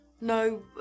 No